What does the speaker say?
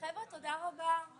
שתצטרך ללוות את החוק.